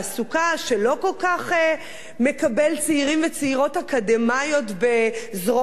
שלא כל כך מקבל צעירים וצעירות אקדמאים בזרועות פתוחות.